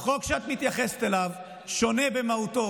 החוק שאת מתייחסת אליו, שונה במהותו.